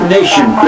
Nation